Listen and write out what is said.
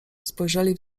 spojrzeli